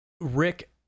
Rick